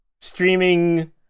streaming